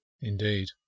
Indeed